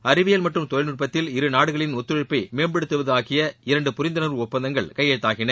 அறிவியல் மற்றும் தொழில்நுட்பத்தில் இரு நாடுகளின் ஒத்துழைப்பை மேம்படுத்துவது ஆகிய இரண்டு புரிந்துணர்வு ஒப்பந்தங்கள் கையெழுத்தாகின